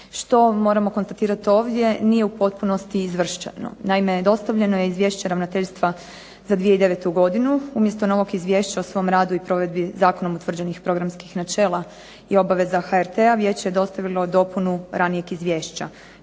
što moramo konstatirati ovdje nije u potpunosti izvršeno. Naime, dostavljeno je izvješće ravnateljstva za 2009. godinu, umjesto novog izvješća o radu i provedbi zakonom utvrđenih programskih načela i obaveza HRT-a vijeće je dostavilo dopunu ranijeg izvješća.